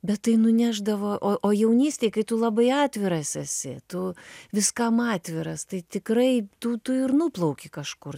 bet tai nunešdavo o o jaunystėj kai tu labai atviras esi tu viskam atviras tai tikrai tu tu ir nuplauki kažkur